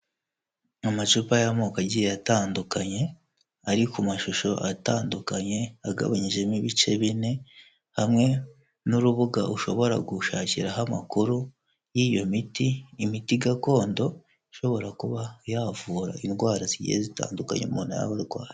Amacupa y'amoko agiye atandukanye, ari ku mashusho atandukanye, agabanyijemo ibice bine, hamwe n'urubuga ushobora gushakiraho amakuru, y'iyo miti, imiti gakondo ishobora kuba yavura indwara zigiye zitandukanye umuntu yaba arwaye.